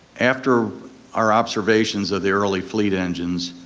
after our observations of the early fleet engines,